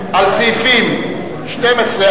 סעיף 15,